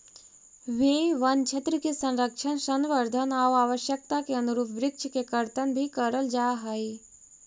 वे वनक्षेत्र के संरक्षण, संवर्धन आउ आवश्यकता के अनुरूप वृक्ष के कर्तन भी करल जा हइ